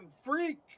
freak